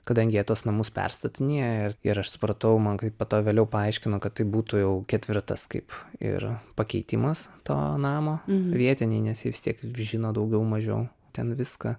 kadangi jie tuos namus perstatinėja ir ir aš supratau man kaip po to vėliau paaiškino kad tai būtų jau ketvirtas kaip ir pakeitimas to namo vietiniai nes jie vis tiek žino daugiau mažiau ten viską